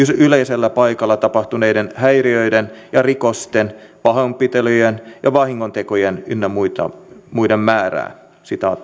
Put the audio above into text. yleisellä paikalla tapahtuneiden häiriöiden ja rikosten pahoinpitelyjen ja vahingontekojen ynnä muiden määrää